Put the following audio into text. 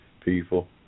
people